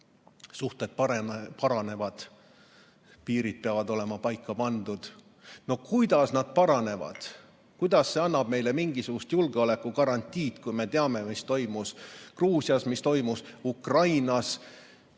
Suhted paranevad, piirid peavad olema paika pandud. No kuidas nad paranevad? Kuidas see annab meile mingisuguse julgeolekugarantii, kui me teame, mis toimus Gruusias, mis toimus Ukrainas?